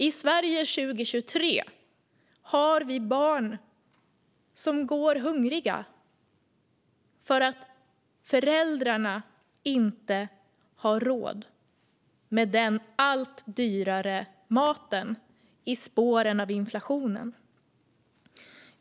I Sverige 2023 finns barn som går hungriga för att föräldrarna inte har råd med den allt dyrare maten i spåren av inflationen.